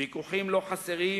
ויכוחים לא חסרים,